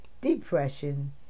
depression